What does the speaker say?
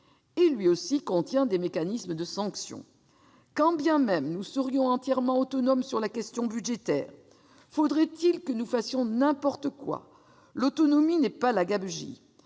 Or lui aussi contient des mécanismes de sanction. Quand bien même nous serions entièrement autonomes sur la question budgétaire, faudrait-il que nous fassions n'importe quoi ? L'autonomie n'est pas la gabegie